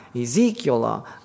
Ezekiel